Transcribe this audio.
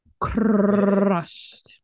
Crushed